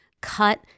cut